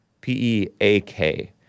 P-E-A-K